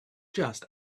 just